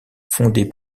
fondée